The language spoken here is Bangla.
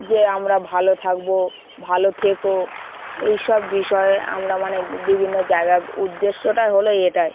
যে আমরা ভালো থাকবো ভালো থেক এই সব বিষয়ে আমরা মানে বিভিন্ন জায়গার উদ্দেশ্যটাই হলো এটাই